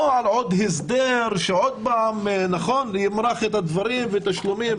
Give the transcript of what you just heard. לא על עוד הסדר שעוד פעם ימרח את הדברים והתשלומים.